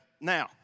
Now